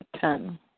Ten